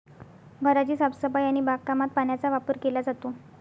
घराची साफसफाई आणि बागकामात पाण्याचा वापर केला जातो